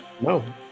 No